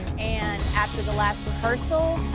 and after the last rehearsal,